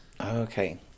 okay